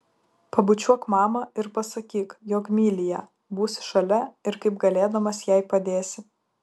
pabučiuok mamą ir pasakyk jog myli ją būsi šalia ir kaip galėdamas jai padėsi